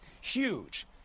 Huge